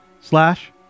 slash